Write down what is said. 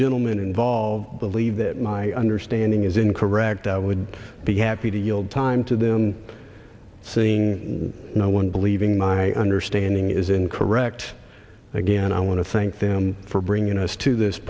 gentlemen involved believe that my understanding is incorrect i would be happy to yield time to them seeing no one believing my understanding is incorrect again i want to thank them for bringing us to this